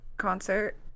concert